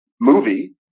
movie